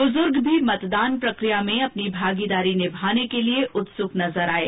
ब्रजुर्ग भी मतदान प्रकिया में अपनी भागीदारी निभाने के लिए उत्सुक नजर आये